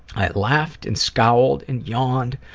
i laughed and scowled and yawned.